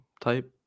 type